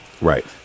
Right